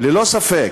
ללא ספק.